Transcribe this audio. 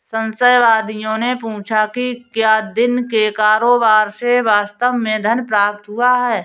संशयवादियों ने पूछा कि क्या दिन के कारोबार से वास्तव में धन प्राप्त हुआ है